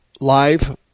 live